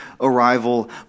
arrival